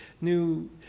new